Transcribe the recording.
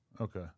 Okay